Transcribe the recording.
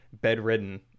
bedridden